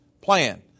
plan